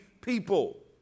people